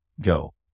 go